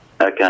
Okay